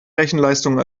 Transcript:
rechenleistung